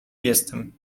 jestem